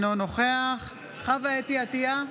אינו נוכח חוה אתי עטייה,